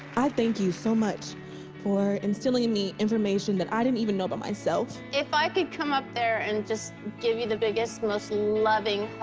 i thank you so much for instilling in me information that i didn't even know about myself. if i could come up there and just give you the biggest, most loving